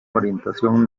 orientación